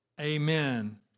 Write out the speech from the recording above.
Amen